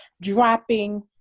dropping